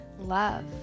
love